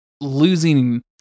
losing